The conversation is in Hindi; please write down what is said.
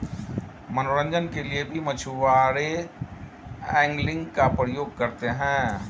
मनोरंजन के लिए भी मछुआरे एंगलिंग का प्रयोग करते हैं